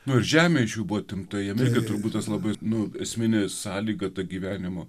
nu ir žemė iš jų buvo atimta jiem irgi turbūt tas labai nu esminė sąlyga ta gyvenimo